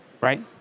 right